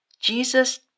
Jesus